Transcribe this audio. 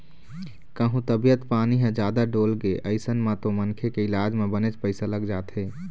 कहूँ तबीयत पानी ह जादा डोलगे अइसन म तो मनखे के इलाज म बनेच पइसा लग जाथे